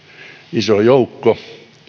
iso joukko